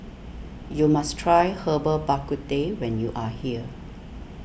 you must try Herbal Bak Ku Teh when you are here